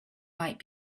might